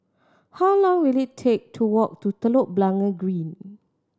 how long will it take to walk to Telok Blangah Green